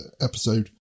episode